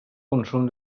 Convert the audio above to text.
consum